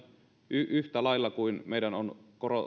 yhtä lailla meidän on